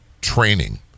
training